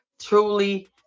truly